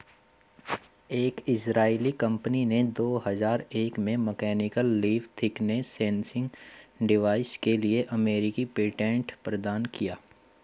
एक इजरायली कंपनी ने दो हजार एक में mechanical leaf thickness sensing device के लिए अमेरिकी पेटेंट प्रदान किया